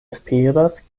esperas